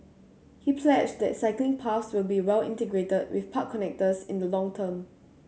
he pledged that cycling paths will be well integrated with park connectors in the long term